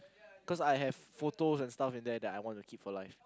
cause I have photos in there that I wanna keep for life